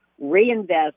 reinvest